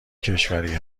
کشوری